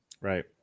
Right